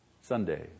Sunday